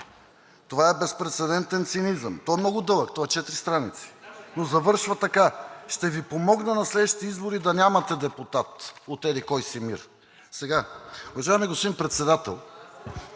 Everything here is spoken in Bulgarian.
„Това е безпрецедентен цинизъм“… Той е много дълъг, той е четири страници, но завършва така: „Ще Ви помогна на следващите избори да нямате депутат от еди-кой си МИР.“ Уважаеми господин Председател,